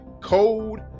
Code